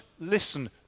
listen